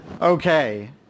Okay